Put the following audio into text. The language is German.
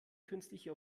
künstliche